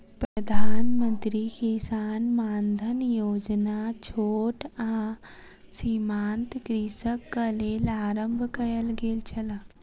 प्रधान मंत्री किसान मानधन योजना छोट आ सीमांत कृषकक लेल आरम्भ कयल गेल छल